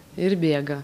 ir bėga